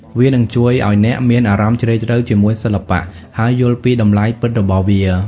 វានឹងជួយឱ្យអ្នកមានអារម្មណ៍ជ្រាលជ្រៅជាមួយសិល្បៈ ហើយយល់ពីតម្លៃពិតរបស់វា។